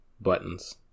buttons